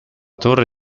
torre